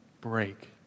break